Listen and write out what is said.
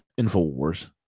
InfoWars